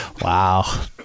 wow